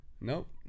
Nope